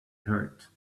hurt